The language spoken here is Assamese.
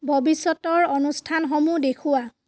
ভৱিষ্যতৰ অনুষ্ঠানসমূহ দেখুওৱা